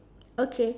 okay